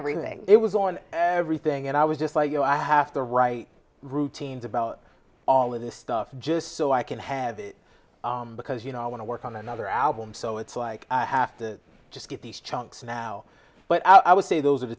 everything it was on everything and i was just like you know i have to write routines about all of this stuff just so i can have it because you know i want to work on another album so it's like i have to just get these chunks now but i would say those are the